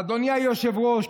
אדוני היושב-ראש,